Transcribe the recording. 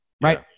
right